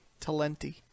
Talenti